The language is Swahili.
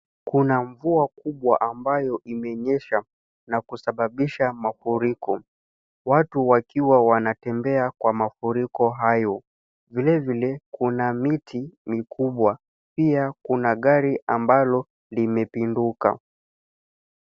Kuna mvua kubwa ambayo imenyesha na kusababisha mafuriko. Watu wakiwa wanatembea kwa mafuriko hayo. Vili vile, kuna miti mikubwa. Pia, kuna gari ambalo limepinduka.